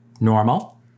normal